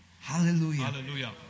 Hallelujah